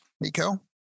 Nico